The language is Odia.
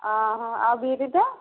ଆଉ ବିରିଟା